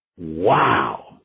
Wow